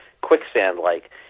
quicksand-like